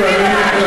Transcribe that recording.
בבית-ספרנו,